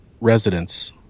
residents